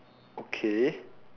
okay